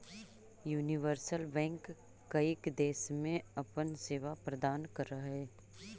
universal bank कईक देश में अपन सेवा प्रदान करऽ हइ